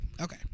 okay